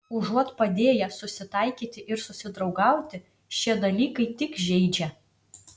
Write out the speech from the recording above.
užuot padėję susitaikyti ir susidraugauti šie dalykai tik žeidžia